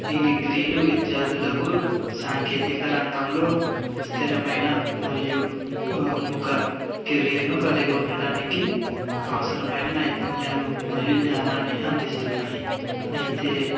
ఈ డిగ్రీలు విద్యార్థులకు సాంకేతిక రంగంలో స్థిరమైన మరియు బహుముఖ కెరియర్ను కలిగి ఉండడానికి అవసరమైన నైపుణ్యాలు మరియు జ్ఞానాన్ని అందిస్తున్నాయి అయితే